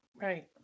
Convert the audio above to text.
Right